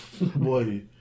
Boy